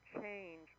change